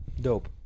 Dope